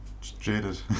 jaded